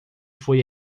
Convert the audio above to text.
foi